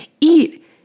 eat